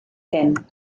hyn